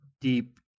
deep